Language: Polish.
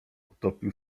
utopił